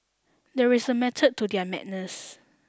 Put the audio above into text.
there is a method to their madness